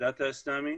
הדת האיסלמית